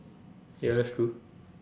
ya that's true